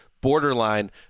borderline